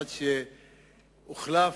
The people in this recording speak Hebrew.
עד שאוחלף,